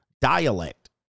dialect